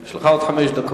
יש לך עוד חמש דקות.